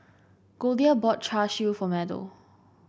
Goldia bought Char Siu for Meadow